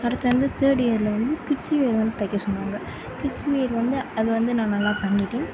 அடுத்து வந்து தேர்ட் இயரில் வந்து கிட்ஸ் வியர் வந்து தைக்க சொல்லுவாங்க கிட்ஸ் வியர் வந்து அது வந்து நான் நல்லா பண்ணிவிட்டேன்